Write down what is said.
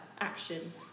action